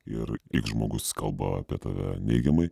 ir jeigu žmogus kalba apie tave neigiamai